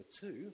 two